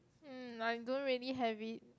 mm I don't really have it